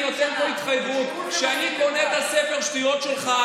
ועושים קומבינות על חשבון אזרחי ישראל.